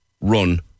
run